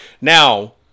Now